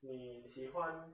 你喜欢